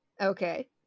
okay